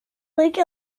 lake